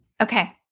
Okay